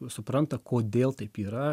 supranta kodėl taip yra